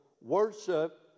worship